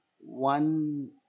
one